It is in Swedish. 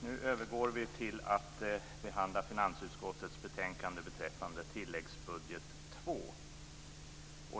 Nu övergår vi till att behandla finansutskottets betänkande beträffande tilläggsbudget 2.